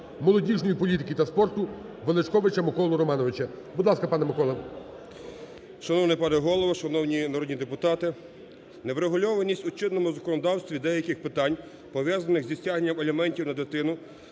молодіжної політики та спорту Величковича Миколу Романовича. Будь ласка, пане Микола. 11:28:57 ВЕЛИЧКОВИЧ М.Р. Шановний пане голово, шановні народні депутати! Неврегульованість у чинному законодавстві деяких питань, пов'язаних зі стягненням аліментів на дитину,